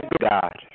God